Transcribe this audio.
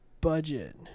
budget